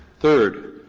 third,